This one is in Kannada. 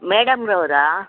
ಮೇಡಮ್ರವರಾ